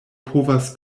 povas